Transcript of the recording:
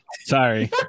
Sorry